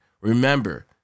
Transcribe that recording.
Remember